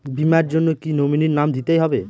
বীমার জন্য কি নমিনীর নাম দিতেই হবে?